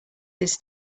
this